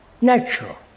Natural